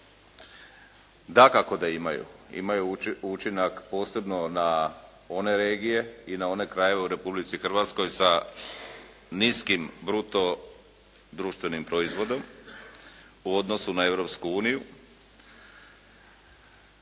dakako da imaju. Imaju učinak posebno na one regije i na one krajeve u Republici Hrvatskoj sa niskim bruto društvenim proizvodom u odnosu na Europsku uniju.